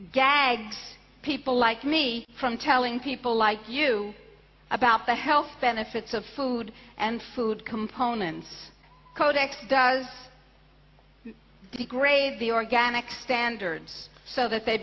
gags people like me from telling people like you about the health benefits of food and food components codex does degrade the organic standards so that they